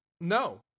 No